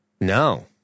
no